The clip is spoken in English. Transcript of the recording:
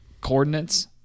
coordinates